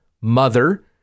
mother